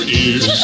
ears